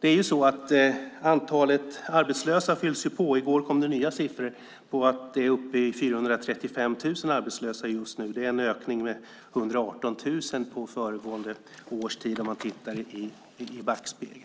När det gäller antalet arbetslösa fylls det ju på. I går kom det nya siffror. Vi är just nu uppe i 435 000 arbetslösa, en ökning med 118 000 personer sedan motsvarande tid föregående år. Det framgår om vi tittar i backspegeln.